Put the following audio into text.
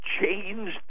changed